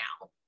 now